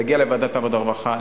להגיע לוועדת העבודה והרווחה,